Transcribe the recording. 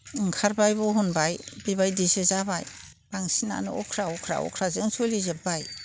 ओंखारबाय बहनबाय बेबायदिसो जाबाय बांसिनानो अख्रा अख्रा अख्राजों सोलिजोबबाय